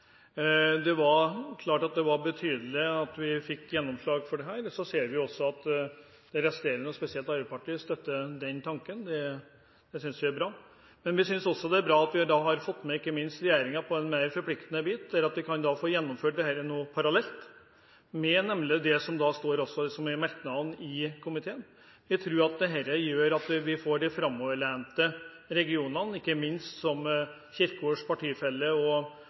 Det er klart at det var viktig at vi fikk gjennomslag for dette. Vi ser også at de resterende partiene, spesielt Arbeiderpartiet, støtter den tanken. Det synes vi er bra. Vi synes ikke minst det er bra at vi har fått med regjeringen på et mer forpliktende punkt, slik at vi kan få gjennomført dette parallelt, med det som står i merknadene i innstillingen. Jeg tror dette gjør at vi får de framoverlente regionene, som ikke minst Kjerkols partifelle og